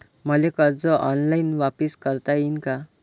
मले कर्ज ऑनलाईन वापिस करता येईन का?